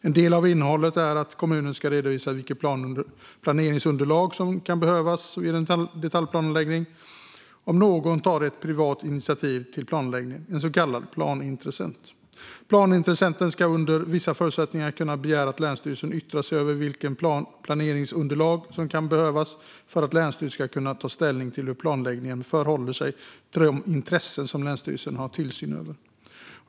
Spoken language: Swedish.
En del av innehållet är att kommunen ska redovisa vilket planeringsunderlag som kan behövas vid en detaljplaneläggning om någon, en så kallad planintressent, tar ett privat initiativ till planläggning. Planintressenten ska under vissa förutsättningar kunna begära att länsstyrelsen yttrar sig om vilket planeringsunderlag som kan behövas för att länsstyrelsen ska kunna ta ställning till hur planläggningen förhåller sig till de intressen som länsstyrelsen har tillsyn över.